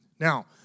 Now